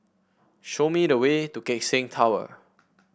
show me the way to Keck Seng Tower